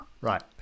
Right